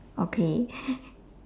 okay